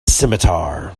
scimitar